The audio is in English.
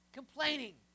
complaining